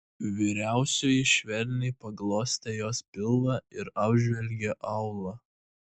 vyriausioji švelniai paglostė jos pilvą ir apžvelgė aulą